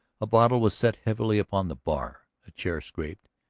a bottle was set heavily upon the bar, a chair scraped.